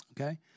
Okay